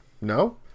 No